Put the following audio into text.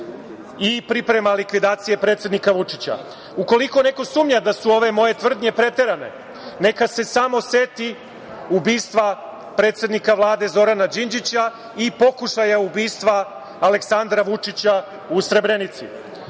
i priprema likvidacije predsednika Vučića. Ukoliko neko sumnja da su ove moje tvrdnje preterane, neka se samo seti ubistva predsednika Vlade, Zorana Đinđića i pokušaja ubistva Aleksandra Vučića u Srebrenici.Sećate